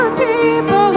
people